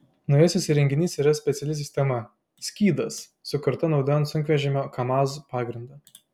naujasis įrenginys yra speciali sistema skydas sukurta naudojant sunkvežimio kamaz pagrindą